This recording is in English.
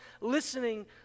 listening